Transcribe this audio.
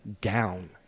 down